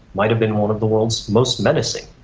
might have been one of the world's most menacing.